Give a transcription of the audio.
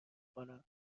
کنم